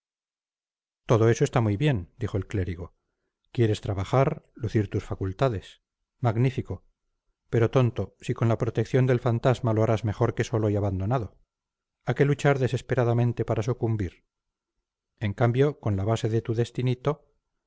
todo eso está muy bien dijo el clérigo quieres trabajar lucir tus facultades magnífico pero tonto si con la protección del fantasma lo harás mejor que solo y abandonado a qué luchar desesperadamente para sucumbir en cambio con la base de tu destinito